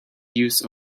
use